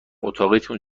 اتاقیتون